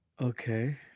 Okay